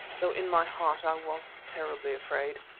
though in my heart i was terribly afraid.